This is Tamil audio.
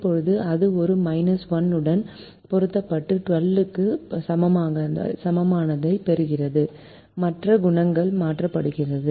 இப்போது அது ஒரு 1 உடன் பெருக்கப்பட்டு 12 க்கு சமமானதைப் பெறுகிறது மற்றும் குணகங்கள் மாற்றப்படுகின்றன